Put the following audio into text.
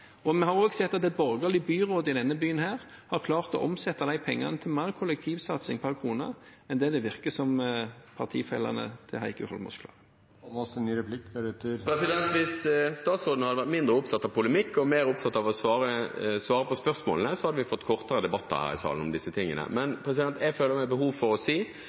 Vi har også sett at et borgerlig byråd i denne byen har klart å omsette de pengene til mer kollektivsatsing per krone enn det virker som at partifellene til Heikki Eidsvoll Holmås klarer. Hvis statsråden hadde vært mindre opptatt av polemikk og mer opptatt av å svare på spørsmålene, hadde vi fått kortere debatter her i salen om disse tingene. Jeg føler et behov for å si